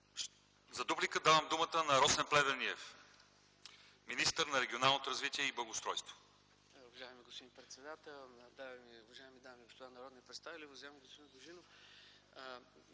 За дуплика давам думата на Росен Плевнелиев – министър на регионалното развитие и благоустройството.